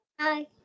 Hi